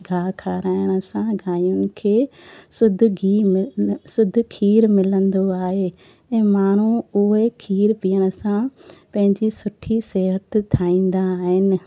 ॻाह खाराइण सां गांयुनि खे शुद्ध गिहु मिल शुद्ध खीरु मिलंदो आहे ऐं माण्हू उहे खीर पीअण सां पंहिंजी सुठी सिहत ठाहींदा आहिनि